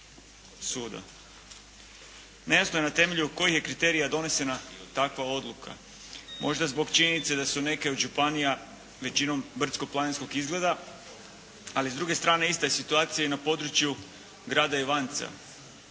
Nejasno je na temelju kojih je kriterija donesena takva odluka. Možda zbog činjenice da su neke od županija većinom brdsko-planinskog izgleda ali s druge strane ista je situacija i na području grada Ivanca.